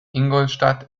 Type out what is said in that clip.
ingolstadt